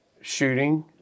shooting